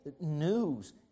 news